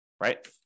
right